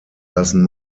lassen